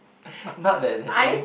not that there's any